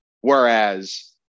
whereas